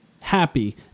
happy